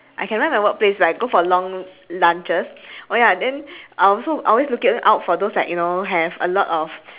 I can run from my workplace but I go for long lunches oh ya then I also I always looking out for those like you know have a lot of